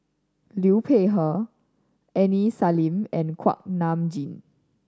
Liu Peihe Aini Salim and Kuak Nam Jin